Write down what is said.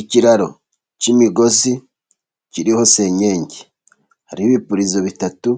Ikiraro cy'imigozi kiriho senyengi, hariho ibipirizo bitatu,